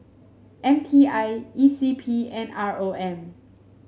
M T I E C P and R O M